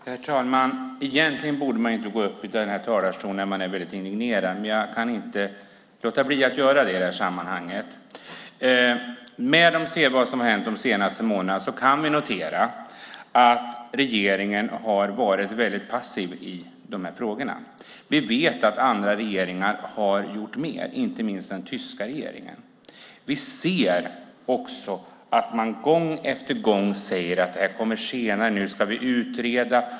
Herr talman! Egentligen borde man inte gå upp i talarstolen när man är väldigt indignerad, men i det här sammanhanget kan jag inte låta bli att göra det. I och med det som hänt under de senaste månaderna kan vi notera att regeringen har varit väldigt passiv i de här frågorna. Vi vet att andra regeringar har gjort mer, inte minst den tyska regeringen. Vi noterar också att man gång efter gång säger: Det här kommer senare. Nu ska vi utreda.